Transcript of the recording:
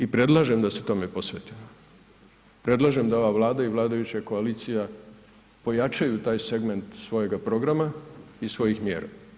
I predlažem da se tome posvetimo, predlažem da ova Vlada i vladajuća koalicija pojačaju taj segment svojega programa i svojih mjera.